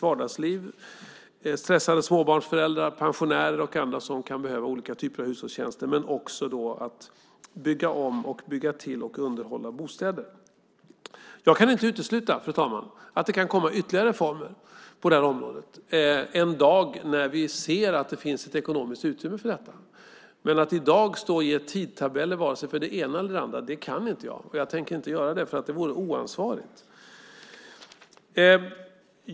Det kan vara stressade småbarnsföräldrar, pensionärer och andra som kan behöva olika typer av hushållstjänster. Men det handlar också om att bygga om, bygga till och underhålla bostäder. Fru talman! Jag kan inte utesluta att det kan komma ytterligare reformer på detta område en dag då vi ser att det finns ett ekonomiskt utrymme för detta. Men att i dag stå och ange tidtabeller för vare sig det ena eller det andra kan jag inte, och jag tänker inte göra det därför att det vore oansvarigt.